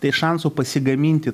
tai šansų pasigaminti